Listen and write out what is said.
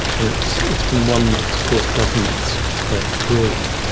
and it's it's been one that's caused government's great grief.